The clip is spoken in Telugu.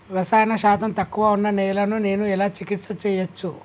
రసాయన శాతం తక్కువ ఉన్న నేలను నేను ఎలా చికిత్స చేయచ్చు?